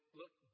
look